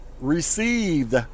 received